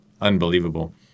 unbelievable